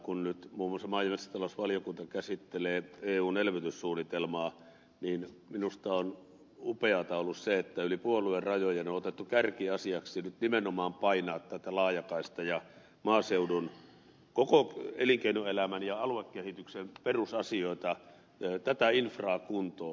kun nyt muun muassa maa ja metsätalousvaliokunta käsittelee eun elvytyssuunnitelmaa niin minusta on upeata ollut se että yli puoluerajojen on otettu kärkiasiaksi nyt nimenomaan painaa tätä laajakaistaa ja koko elinkeinoelämän ja aluekehityksen perusasioita tätä infraa kuntoon